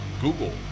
Google